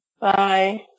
bye